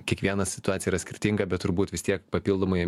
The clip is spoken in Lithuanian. kiekviena situacija yra skirtinga bet turbūt vis tiek papildomai